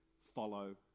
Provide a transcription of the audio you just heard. follow